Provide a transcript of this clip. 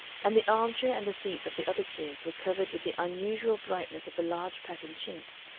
and the arm-chair and the seats of the other chairs were covered with the unusual brightness of a large-patterned chintz,